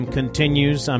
continues